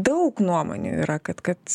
daug nuomonių yra kad kad